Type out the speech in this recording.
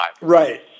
Right